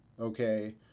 Okay